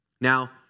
Now